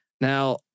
Now